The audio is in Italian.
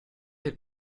del